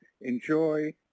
enjoy